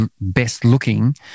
best-looking